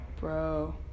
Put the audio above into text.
bro